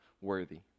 worthy